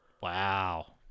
Wow